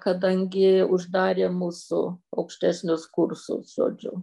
kadangi uždarė mūsų aukštesnius kursus žodžiu